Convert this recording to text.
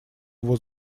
его